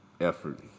effort